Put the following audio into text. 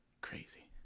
Crazy